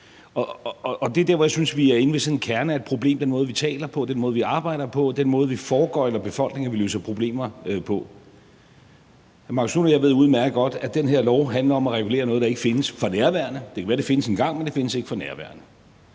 Og det er der, hvor jeg synes vi er inde ved sådan en kerne af et problem i forhold til den måde, vi taler på, den måde, vi arbejder på, den måde, vi foregøgler befolkningen vi løser problemer på. Hr. Marcus Knuth og jeg ved udmærket godt, at det her lovforslag handler om noget, der ikke findes for nærværende – det kan være, det findes engang, men det findes ikke for nærværende.